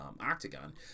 octagon